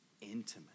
intimate